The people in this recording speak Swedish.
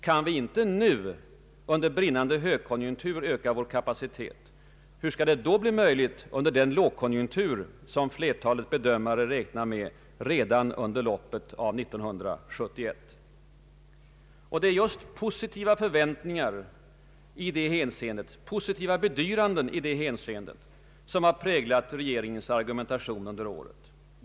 Kan vi inte nu under brinnande högkonjunktur öka vår kapacitet, hur skall det då bli möjligt under den lågkonjunktur som flertalet bedömare räknar med redan under loppet av 1971? Det är just positiva förväntningar och bedyranden i detta hänseende som har präglat regeringens argumentation under året.